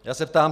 Já se ptám: